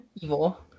evil